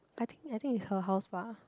I think I think is her house bah